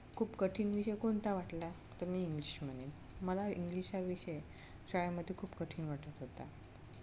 खूप कठीण विषय कोणता वाटला तर मी इंग्लिश म्हणेन मला इंग्लिश हा विषय शाळेमध्ये खूप कठीण वाटत होता